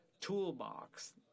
toolbox